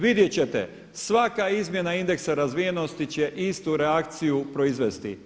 Vidjet ćete, svaka izmjena indeksa razvijenosti će istu reakciju proizvesti.